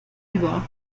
über